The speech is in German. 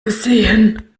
gesehen